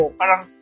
parang